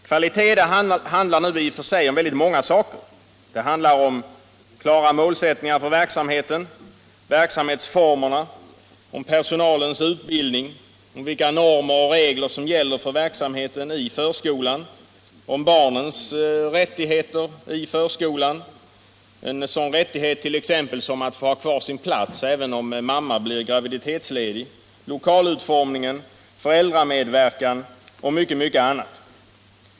Kvalitet handlar i och för sig om väldigt många saker: klara målsättningar för verksamheten, verksamhetsformerna, personalens utbildning, vilka normer och regler som gäller för verksamheten i förskolan, barnens rättigheter i förskolan — en sådan rättighet som t.ex. att få ha kvar sin plats även om mamman blir graviditetsledig —, lokalutformningen, föräldramedverkan och mycket annat.